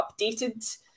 updated